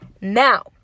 Now